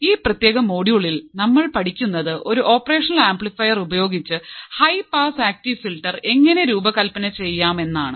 ഈ പ്രത്യേക മൊഡ്യൂളിൽ നമ്മൾ പഠിക്കുന്നത് ഒരു ഓപ്പറേഷൻ ആംപ്ലിഫയർ ഉപയോഗിച്ച് ഹൈ പാസ് ആക്റ്റീവ് ഫിൽട്ടർ എങ്ങനെ രൂപകൽപ്പന ചെയ്യാം എന്നാണ്